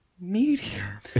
Meteor